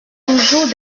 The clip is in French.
toujours